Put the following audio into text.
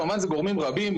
כמובן זה גורמים רבים,